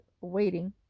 waiting